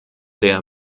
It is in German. der